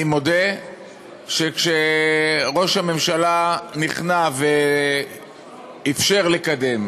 אני מודה שכשראש הממשלה נכנע ואפשר לקדם,